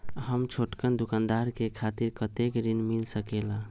हम छोटकन दुकानदार के खातीर कतेक ऋण मिल सकेला?